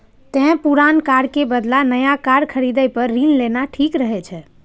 तें पुरान कार के बदला नया कार खरीदै पर ऋण लेना ठीक रहै छै